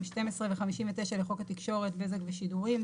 12 ו-59 לחוק התקשורת בזק ושידורים,